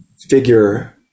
figure